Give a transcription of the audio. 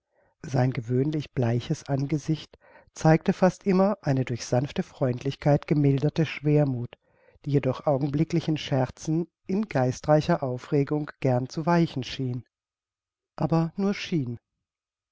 sein gewöhnlich bleiches angesicht zeigte fast immer eine durch sanfte freundlichkeit gemilderte schwermuth die jedoch augenblicklichen scherzen in geistreicher aufregung gern zu weichen schien aber nur schien